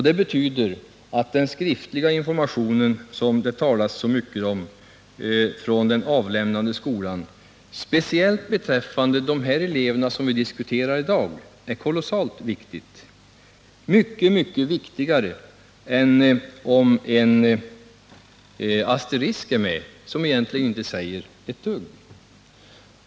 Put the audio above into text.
Det betyder att den skriftliga informationen - som det talas så mycket om — från den avlämnande skolan speciellt beträffande de elever som vi diskuterar i dag är kolossalt viktig, mycket viktigare än om en asterisk är med som egentligen inte säger ett dugg.